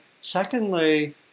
Secondly